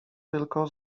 tylko